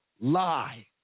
lie